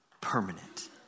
permanent